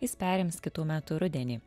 jis perims kitų metų rudenį